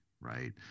right